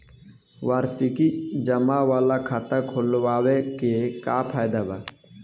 वार्षिकी जमा वाला खाता खोलवावे के का फायदा बा?